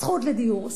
זכות לדיור,